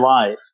life